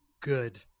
good